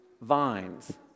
Vines